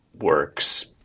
works